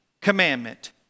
commandment